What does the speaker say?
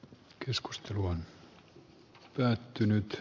keskustelu on päättynyt